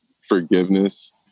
forgiveness